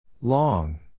Long